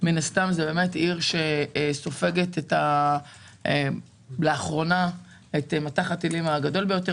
הסתם זו עיר שסופגת לאחרונה את מטח הטילים הגדול ביותר,